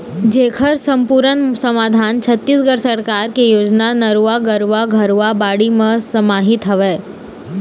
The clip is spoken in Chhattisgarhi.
जेखर समपुरन समाधान छत्तीसगढ़ सरकार के योजना नरूवा, गरूवा, घुरूवा, बाड़ी म समाहित हवय